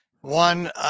One